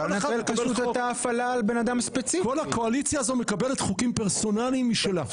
כל הקואליציה הזו מקבלת חוקים פרסונליים משלה.